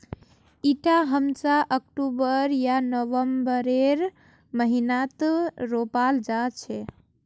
इटा हमेशा अक्टूबर या नवंबरेर महीनात रोपाल जा छे